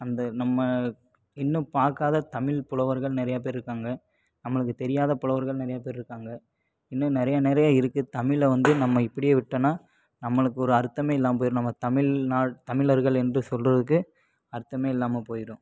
அந்த நம்ம இன்னும் பார்க்காத தமிழ் புலவர்கள் நிறையாப் பேர் இருக்காங்க நம்மளுக்கு தெரியாத புலவர்கள் நிறையாப்பேர் இருக்காங்க இன்னும் நிறையா நிறையா இருக்குது தமிழை வந்து நம்ம இப்படியே விட்டோம்னா நம்மளுக்கு ஒரு அர்த்தம் இல்லாமல் போயிடும் நம்ம தமிழ் தமிழர்கள் என்று சொல்வதற்கு அர்த்தமே இல்லாமல் போயிடும்